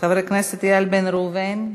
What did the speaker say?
חבר הכנסת איל בן ראובן,